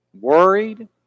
worried